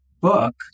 book